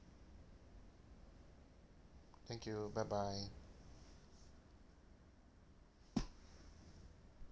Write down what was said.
thank you bye bye